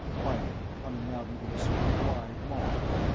finally coming out into a sort of wide mall.